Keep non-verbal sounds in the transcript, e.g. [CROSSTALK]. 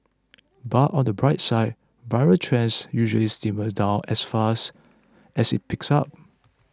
[NOISE] but on the bright side viral trends usually simmer down as fast as it peaks up